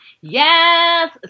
Yes